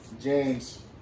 James